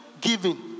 giving